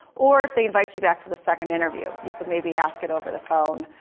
or if they invite you back for the second interview, you could maybe ask it over the phone.